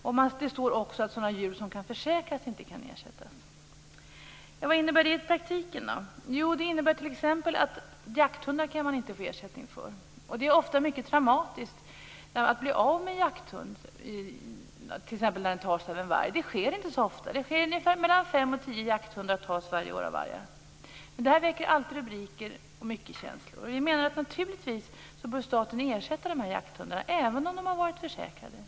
Det står också att sådana djur som kan försäkras inte kan ersättas. Vad innebär det i praktiken? Det innebär t.ex. att man inte kan få ersättning för jakthundar. Det är ofta mycket traumatiskt att bli av med en jakthund när den t.ex. tas av en varg. Det sker inte så ofta, utan det är mellan fem och tio jakthundar som tas av vargar varje år. Men det väcker alltid rubriker och starka känslor. Vi menar att staten bör ersätta dessa jakthundar, även om de har varit försäkrade.